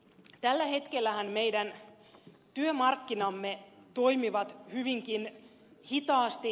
tällä hetkellähän meidän työmarkkinamme toimivat hyvinkin hitaasti